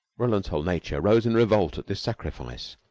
roland's whole nature rose in revolt at this sacrifice.